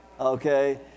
okay